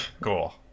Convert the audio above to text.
Cool